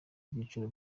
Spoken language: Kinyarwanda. byiciro